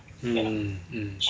mm mm